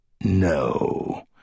No